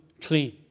clean